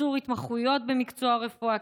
קיצור התמחויות במקצוע הרפואה,